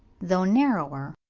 though narrower,